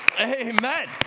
Amen